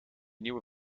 nieuwe